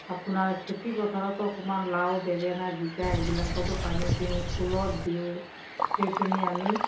আপোনাৰ খেতি পথাৰতো অকণমান লাও বেঙেনা জিকা এইবিলাকতো পানী দিওঁ ফুলত দিওঁ সেইখিনি আমি